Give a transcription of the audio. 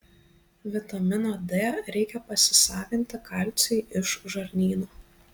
vitamino d reikia pasisavinti kalciui iš žarnyno